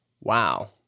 wow